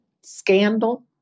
Scandal